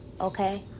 Okay